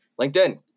LinkedIn